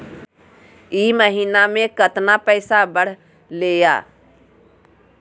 ई महीना मे कतना पैसवा बढ़लेया?